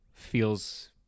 feels